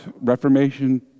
Reformation